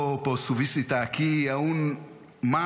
אדוני הנשיא, אתה בא אלינו ברגע